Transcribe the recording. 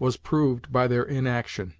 was proved by their inaction